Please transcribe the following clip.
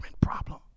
problem